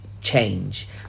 change